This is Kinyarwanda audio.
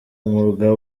umwuga